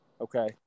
Okay